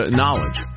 knowledge